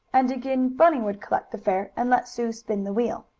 and again bunny would collect the fare and let sue spin the wheel.